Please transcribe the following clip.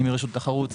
אני מרשות התחרות,